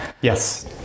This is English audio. yes